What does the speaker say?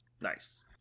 Nice